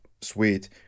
sweet